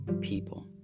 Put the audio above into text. people